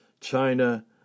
China